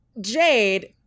Jade